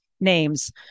names